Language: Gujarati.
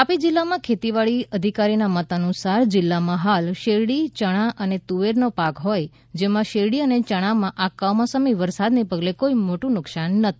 તાપી જિલ્લા ખેતીવાડી અધિકારીના મતાનુસાર જિલ્લામાં હાલ શેરડી ચણા અને તુવેરનો પાક હોય જેમાં શેરડી અને યણામાં આ કમોસમી વરસાદને પગલે કોઈ મોટું નુકસાન નથી